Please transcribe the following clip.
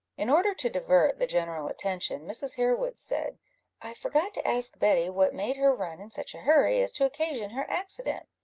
in order to divert the general attention, mrs. harewood said i forgot to ask betty what made her run in such a hurry as to occasion her accident,